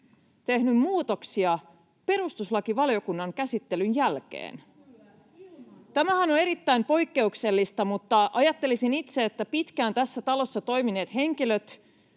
tehnyt muutoksia perustuslakivaliokunnan käsittelyn jälkeen. Tämähän on erittäin poikkeuksellista, mutta ajattelisin itse, että pitkään tässä talossa toimineet henkilöt